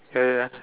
uh